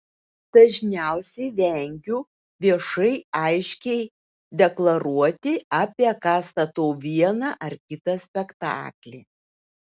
dažniausiai vengiu viešai aiškiai deklaruoti apie ką statau vieną ar kitą spektaklį